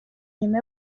nyuma